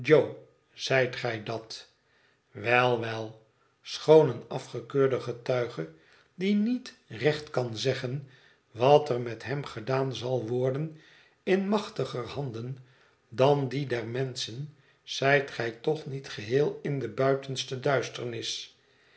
zijt gij dat wel wel schoon een afgekeurde getuige die niet recht kan zeggen wat er met hem gedaan zal worden in machtiger handen dan die der menschen zijt gij toch niet geheel in de buitenste duisternis